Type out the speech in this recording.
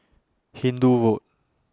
Hindoo Road